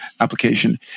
application